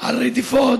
על רדיפות,